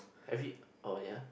every oh ya